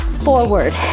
forward